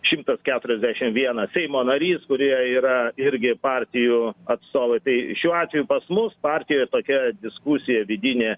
šimtas keturiasdešim vienas seimo narys kurie yra irgi partijų atstovai tai šiuo atveju pas mus partijoj tokia diskusija vidinė